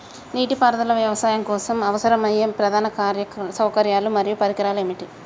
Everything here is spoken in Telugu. నీటిపారుదల వ్యవసాయం కోసం అవసరమయ్యే ప్రధాన సౌకర్యాలు మరియు పరికరాలు ఏమిటి?